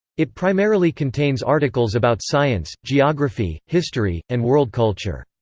it primarily contains articles about science, geography, history, and world culture.